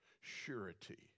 surety